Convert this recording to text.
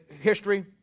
history